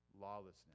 lawlessness